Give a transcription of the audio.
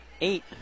eight